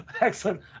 excellent